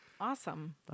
Awesome